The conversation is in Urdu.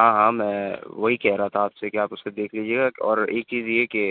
ہاں ہاں میں وہی کہہ رہا تھا آپ سے کہ آپ اسے دیکھ لیجیے گا اور ایک چیز یہ کہ